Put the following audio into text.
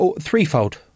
threefold